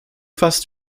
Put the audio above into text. fast